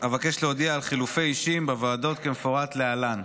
אבקש להודיע על חילופי אישים בוועדות כמפורט להלן,